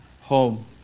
home